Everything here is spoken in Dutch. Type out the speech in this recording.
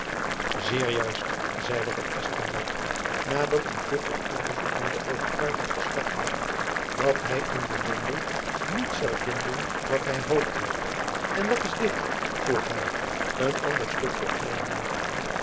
zeer juist zeide van espenblad na dat een vluchtig onderzoek hem de overtuiging verschaft had dat hy in dien bundel niet zoû vinden wat hy hoopte en wat is dit vroeg hy een ander stuk opnemende